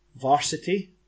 Varsity